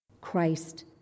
Christ